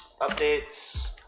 Updates